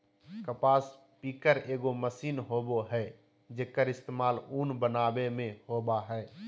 कपास पिकर एगो मशीन होबय हइ, जेक्कर इस्तेमाल उन बनावे में होबा हइ